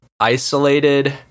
isolated